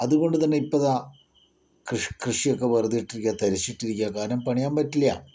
അതുകൊണ്ടുതന്നെ ഇപ്പോൾ ഇതാ കൃഷി കൃഷിയൊക്കെ വെറുതെയിട്ടിരിക്കുകയാണ് തരിശിട്ടിരിക്കുകയാണ് കാരണം പണിയാൻ പറ്റില്ല